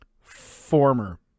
former